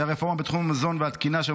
שהיא הרפורמה בתחום המזון והתקינה,